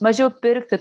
mažiau pirkti